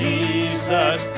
Jesus